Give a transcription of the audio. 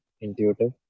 intuitive